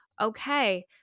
okay